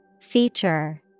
Feature